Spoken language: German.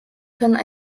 können